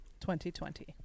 2020